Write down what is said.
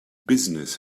business